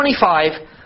25